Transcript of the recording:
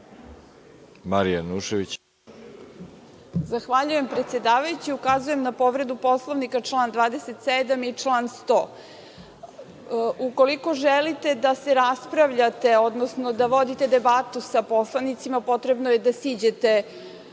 JANjUŠEVIĆ: Zahvaljujem, predsedavajući. Ukazujem na povredu Poslovnika, član 27. i član 100. Ukoliko želite da se raspravljate, odnosno da vodite debatu sa poslanicima, potrebno je da siđete